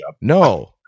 no